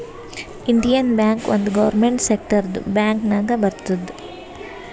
Indian bank ಒಂದ್ government ಸೆಕ್ಟರ್ದು bank ನಾಗ್ ಬರ್ತುದ್